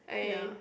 ya